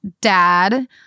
dad